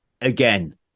again